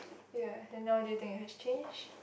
ya and now do you think it has changed